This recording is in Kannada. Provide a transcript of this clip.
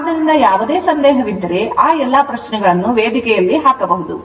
ಆದ್ದರಿಂದ ಯಾವುದೇ ಸಂದೇಹವಿದ್ದರೆ ಆ ಎಲ್ಲಾ ಪ್ರಶ್ನೆಗಳನ್ನು ವೇದಿಕೆಯಲ್ಲಿ ಹಾಕಬಹುದು